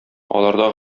аларда